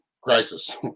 crisis